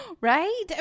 Right